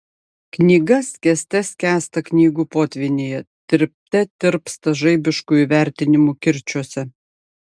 knyga skęste skęsta knygų potvynyje tirpte tirpsta žaibiškų įvertinimų kirčiuose